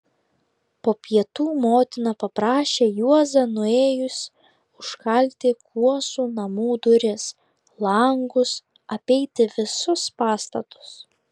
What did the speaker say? po pietų motina paprašė juozą nuėjus užkalti kuosų namų duris langus apeiti visus pastatus